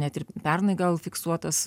net ir pernai gal fiksuotas